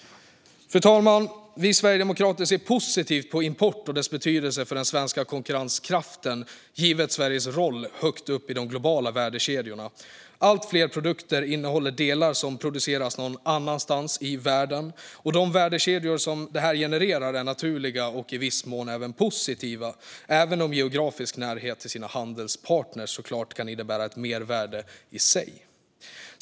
Fru talman! Vi sverigedemokrater ser positivt på import och dess betydelse för den svenska konkurrenskraften givet Sveriges roll högt upp i de globala värdekedjorna. Allt fler produkter innehåller delar som produceras någon annanstans i världen. De värdekedjor som det genererar är naturliga och i viss mån även positiva, även om geografisk närhet till ens handelspartner såklart kan innebära ett mervärde i sig.